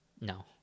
no